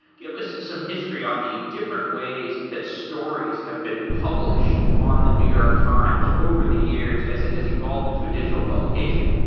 give us some history on the different ways that stories have been published on the new york times over the years as it has evolved into a digital publication?